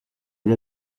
gli